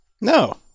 no